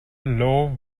lowe